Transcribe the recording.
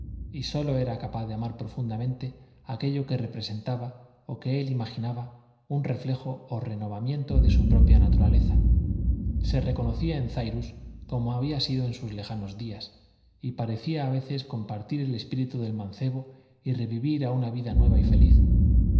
y sólo era capaz de amar profundamente aquello que representaba o que él imaginaba un reflejo o renovamiento de su propia naturaleza se reconocía en cyrus como había sido en sus lejanos días y parecía a veces compartir el espíritu del mancebo y revivir a una vida nueva y feliz